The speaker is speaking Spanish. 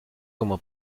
como